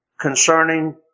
concerning